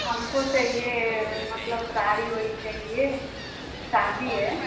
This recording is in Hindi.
हमको चाहिए मतलब साड़ी उड़ी चाहिए शादी है